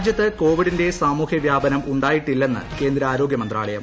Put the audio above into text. രാജ്യത്ത് കോവിഡിന്റെ സാമൂഹൃവൃാപനം ഉണ്ടായിട്ടില്ലെന്ന് കേന്ദ്ര ആരോഗൃ മന്ത്രാലയം